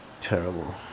Terrible